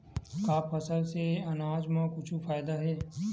का फसल से आनाज मा कुछु फ़ायदा हे?